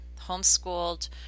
homeschooled